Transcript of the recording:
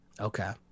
Okay